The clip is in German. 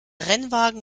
rennwagen